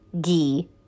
ghee